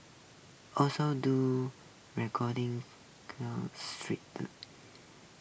also do recording street that